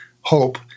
hope